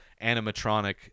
animatronic